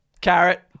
Carrot